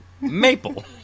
Maple